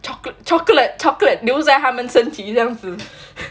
chocolate chocolate chocolate 留在他们的身体这样子